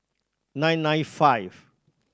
nine nine five